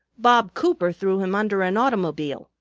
bob cooper threw him under an automobile,